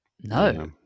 No